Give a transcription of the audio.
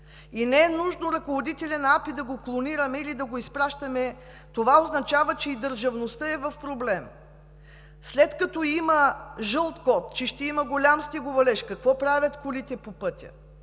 и не е нужно ръководителят на АПИ да го клонираме или да го изпращаме на място. Това означава, че и в държавността има проблем. След като има жълт код, че ще има силен снеговалеж, какво правят колите по пътя?